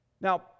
Now